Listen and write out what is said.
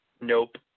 Nope